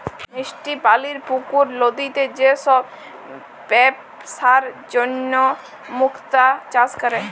মিষ্টি পালির পুকুর, লদিতে যে সব বেপসার জনহ মুক্তা চাষ ক্যরে